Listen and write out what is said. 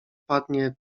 padnie